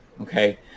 Okay